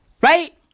Right